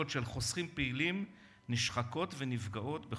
כל הפסילה נובעת מזה שיושבת-ראש האופוזיציה,